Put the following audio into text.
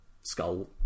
skull